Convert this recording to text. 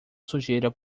sujeira